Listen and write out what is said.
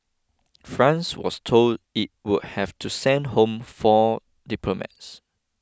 France was told it would have to send home four diplomats